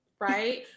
Right